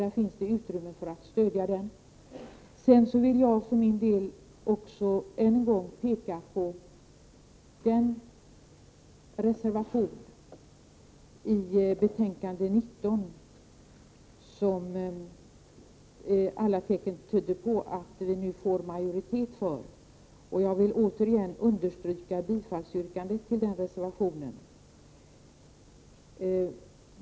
Det finns utrymme att stödja den! För min del vill jag än en gång peka på den reservation i betänkandet 19 som alla tecken nu tyder på att vi får majoritet för och åter understryka bifallsyrkandet till denna.